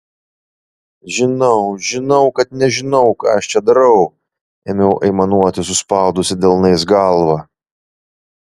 žinau žinau kad nežinau ką aš čia darau ėmiau aimanuoti suspaudusi delnais galvą